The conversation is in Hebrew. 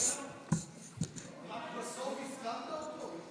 רק בסוף הזכרת אותו?